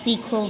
सीखो